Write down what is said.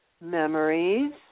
memories